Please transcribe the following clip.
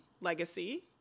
Legacy